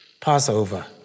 Passover